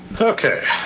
Okay